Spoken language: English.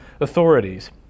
authorities